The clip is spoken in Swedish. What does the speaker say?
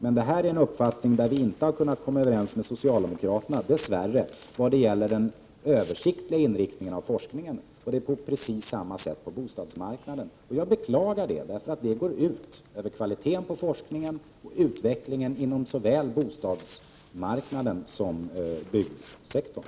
När det gäller den översiktliga forskningen har vi på precis samma sätt som när det gäller bostadsmarknaden dessvärre inte kunnat komma överens med socialdemokraterna. Jag beklagar detta, eftersom det går ut över kvaliteten på forskningen och på utvecklingen inom såväl bostadsmarknaden som byggsektorn.